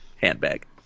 handbag